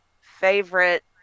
favorite